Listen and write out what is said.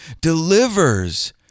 delivers